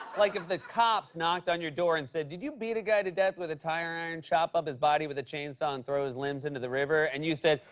like if the cops knocked on your door and said, did you beat a guy to death with a tire iron, chop up his body with a chain saw, and throw his limbs into the river? and you said,